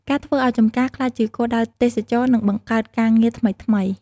ការធ្វើឱ្យចម្ការក្លាយជាគោលដៅទេសចរណ៍នឹងបង្កើតការងារថ្មីៗ។